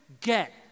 get